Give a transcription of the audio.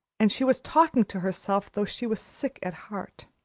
and she was talking to herself though she was sick at heart.